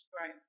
right